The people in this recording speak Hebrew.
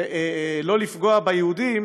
ולא לפגוע ביהודים,